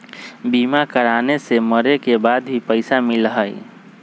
बीमा कराने से मरे के बाद भी पईसा मिलहई?